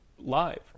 live